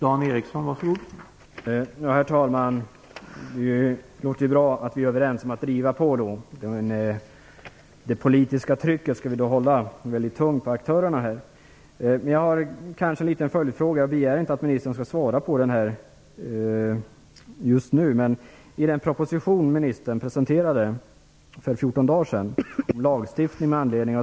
Herr talman! Det låter bra att vi är överens om att driva på, och vi skall då utöva ett tungt politiskt tryck på aktörerna på området. Jag har en liten följdfråga, som jag inte begär att ministern skall svara på just nu.